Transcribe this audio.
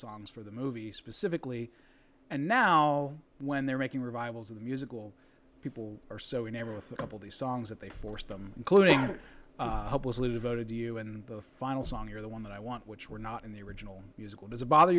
songs for the movie specifically and now when they're making revivals of the musical people are so enamored with the couple the songs that they forced them including hopelessly devoted to you and the final song you're the one that i want which were not in the original musical does it bother